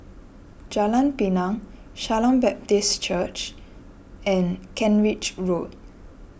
Jalan Pinang Shalom Baptist Chapel and Kent Ridge Road